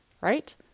Right